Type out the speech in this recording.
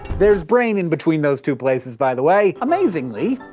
there's brain in between those two places, by the way. amazingly,